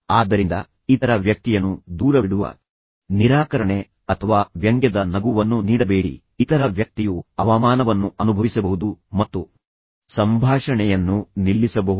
ಆದ್ದರಿಂದ ಇತರ ವ್ಯಕ್ತಿಯನ್ನು ದೂರವಿಡುವ ನಿರಾಕರಣೆ ಅಥವಾ ವ್ಯಂಗ್ಯದ ನಗುವನ್ನು ನೀಡಬೇಡಿ ಇತರ ವ್ಯಕ್ತಿಯು ಅವಮಾನವನ್ನು ಅನುಭವಿಸಬಹುದು ಮತ್ತು ಸಂಭಾಷಣೆಯನ್ನು ನಿಲ್ಲಿಸಬಹುದು